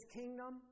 kingdom